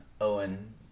Owen